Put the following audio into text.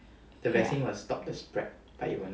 ya